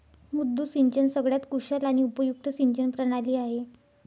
मुद्दू सिंचन सगळ्यात कुशल आणि उपयुक्त सिंचन प्रणाली आहे